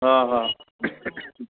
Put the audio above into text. हा हा